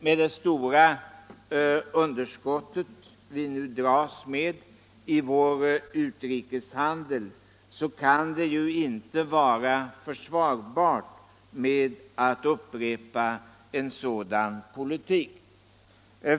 Med det stora underskott vi nu dras med i vår utrikeshandel kan det inte vara försvarbart att upprepa en sådan politik.